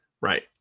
right